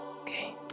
Okay